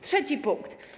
Trzeci punkt.